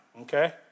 okay